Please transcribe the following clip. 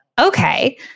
okay